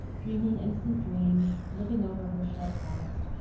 dreaming innocent dreams, living over her short past,